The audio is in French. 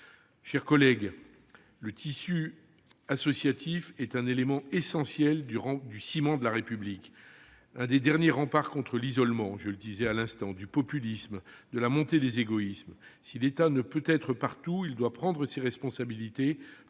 chers collègues, le tissu associatif est une part essentielle du ciment de la République, un des derniers remparts contre l'isolement, le populisme et la montée des égoïsmes. Si l'État ne peut être partout, il doit prendre ses responsabilités